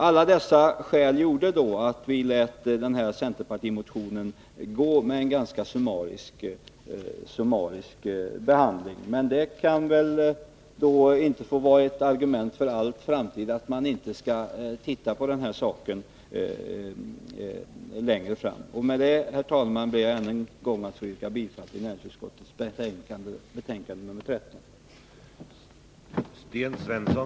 Alla dessa skäl medverkade till att vi lät centerpartimotionen gå med en ganska summarisk behandling. Men det kan väl inte för all framtid få vara ett argument för att vi inte skall se på denna fråga. Med detta, herr talman, ber jag än en gång att få yrka bifall till näringsutskottets hemställan.